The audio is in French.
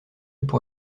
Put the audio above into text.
pour